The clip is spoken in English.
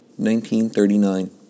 1939